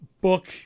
book